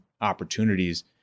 opportunities